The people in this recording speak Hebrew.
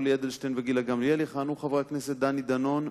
יולי אדלשטיין וגילה גמליאל יכהנו חברי הכנסת דני דנון,